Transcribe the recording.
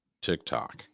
TikTok